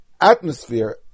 atmosphere